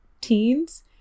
teens